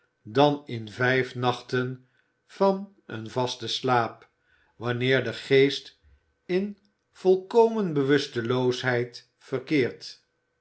dan in vijf nachten van een vasten slaap wanneer de geest in volkomene bewusteloosheid verkeert